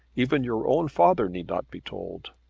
even your own father need not be told.